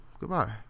Goodbye